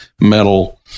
metal